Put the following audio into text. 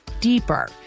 deeper